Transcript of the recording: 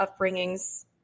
upbringings